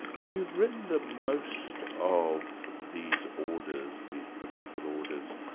you've written that most of these orders, these political orders,